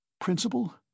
Principle